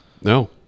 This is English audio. No